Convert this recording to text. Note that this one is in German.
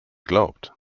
glaubt